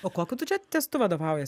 o kokiu tu čia testu vadovaujies